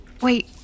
Wait